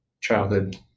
Childhood